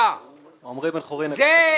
הכול